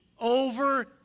over